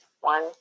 One